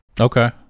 okay